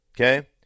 Okay